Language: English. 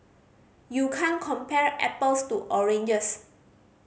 you can't compare apples to oranges